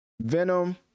Venom